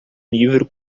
livro